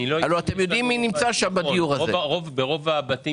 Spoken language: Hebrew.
פילוח לא רק לפי